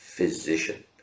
physician